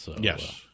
Yes